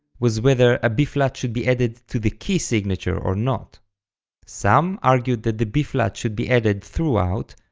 was whether a b-flat should be added to the key signature or not some argued that the b-flat should be added throughout,